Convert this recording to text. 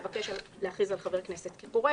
לבקש להכריז על חבר הכנסת כפורש.